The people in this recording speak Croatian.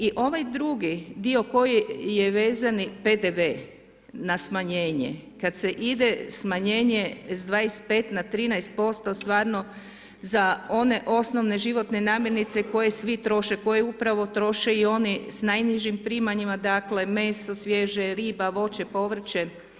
I ovaj drugi dio koji je vezani PDV na smanjenje, kada se ide smanjenje s 25 na 13% stvarno za one osnovne životne namirnice koje svi troše, koje upravo troše i oni s najnižim primanjima, dakle, meso svježe, riba, voće, povrće.